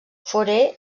fauré